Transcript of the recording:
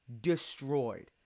destroyed